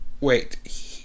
wait